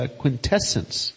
quintessence